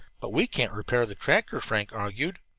but we can't repair the tractor, frank argued.